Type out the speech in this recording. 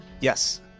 Yes